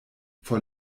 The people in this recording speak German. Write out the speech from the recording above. vor